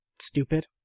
stupid